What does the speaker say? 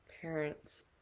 parents